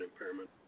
impairment